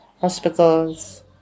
hospitals